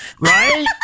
Right